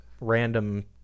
random